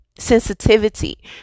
sensitivity